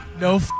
No